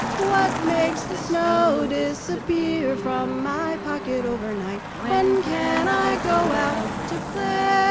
what makes the snow? disappear from my pocket overnight? when can i go out to play?